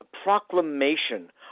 proclamation